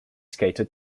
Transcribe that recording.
skater